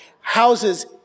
houses